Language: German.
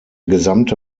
gesamte